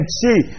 see